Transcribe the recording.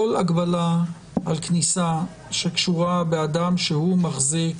כל הגבלה על כניסה שקשורה באדם שהוא מחזיק